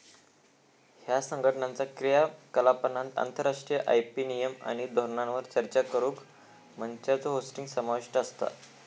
ह्या संघटनाचा क्रियाकलापांत आंतरराष्ट्रीय आय.पी नियम आणि धोरणांवर चर्चा करुक मंचांचो होस्टिंग समाविष्ट असता